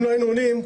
אם לא היינו עונים,